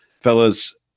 fellas